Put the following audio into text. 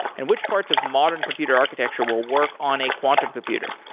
and which parts of modern computer architecture will work on a quantum computer.